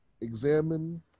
examine